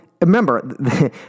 Remember